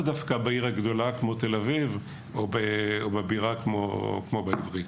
דווקא בעיר הגדולה כמו תל-אביב או בבירה כמו בעברית.